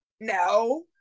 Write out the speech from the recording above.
No